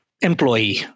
Employee